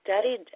studied